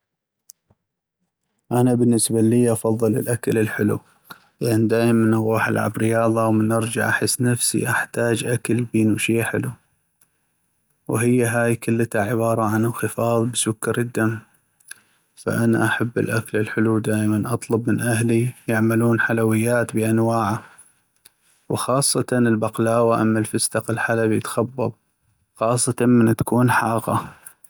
انا بالنسبة اللي افضل الاكل الحلو ، لان دائما اغوح العب رياضة ومن ارجع احس نفسي احتاج أكل بينو شي حلو ، وهي هاي كلتا عبارة عن انخفاض بسكر الدم ، ف انا احب الاكل الحلو ودائماً اطلب من أهلي يعملون حلويات بانواعا ، وخاصة البقلاوة ام الفستق الحلبي تخبل وخاصة من تكون حاغا.